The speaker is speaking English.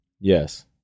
Yes